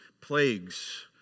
plagues